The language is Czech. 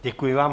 Děkuji vám.